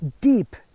deep